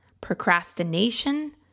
Procrastination